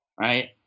right